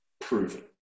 proven